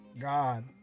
God